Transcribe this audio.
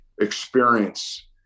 experience